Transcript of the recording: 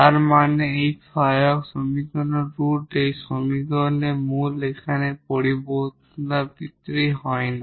তার মানে এই অক্সিলিয়ারি সমীকরণের রুট এই সমীকরণের রুটএখানে রিপিটেড হয় না